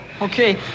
Okay